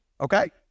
Okay